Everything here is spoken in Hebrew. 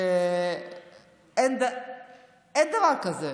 אין דבר כזה,